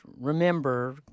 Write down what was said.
remember